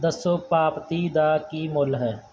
ਦੱਸੋ ਪਾਪ ਤੀਹ ਦਾ ਕੀ ਮੁੱਲ ਹੈ